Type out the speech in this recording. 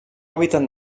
hàbitat